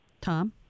Tom